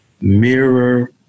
mirror